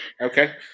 okay